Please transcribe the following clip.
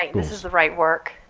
like this is the right work.